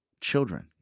children